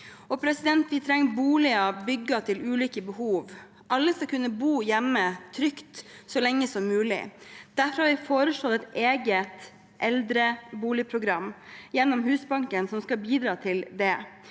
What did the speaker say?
for mange. Vi trenger boliger bygd til ulike behov. Alle skal kunne bo trygt hjemme så lenge som mulig. Derfor har vi foreslått et eget eldreboligprogram, gjennom Husbanken, som skal bidra til det.